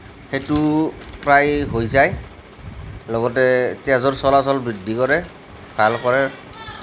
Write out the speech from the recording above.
সেইটো প্ৰায় হৈ যায় লগতে তেজৰ চলাচল বৃদ্ধি কৰে ভাল কৰে